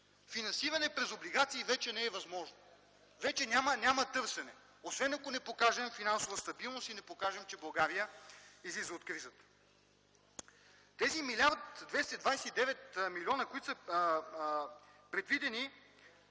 Финансиране чрез облигации вече не е възможно. Вече няма търсене, освен ако не покажем финансова стабилност и не покажем, че България излиза от кризата. Тези 1 млрд. 229 млн. лв., които са предвидени